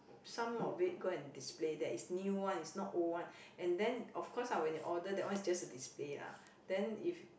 some of it go and display there it's new one it's not old one and then of course lah when you order that one is just a display ah then if